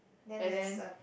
and then